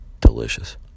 delicious